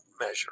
measure